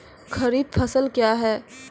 खरीफ फसल क्या हैं?